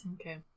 Okay